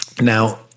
Now